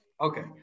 Okay